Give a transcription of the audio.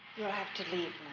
have to leave